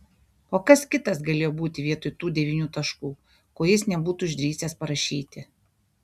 o kas kitas galėjo būti vietoj tų devynių taškų ko jis nebūtų išdrįsęs parašyti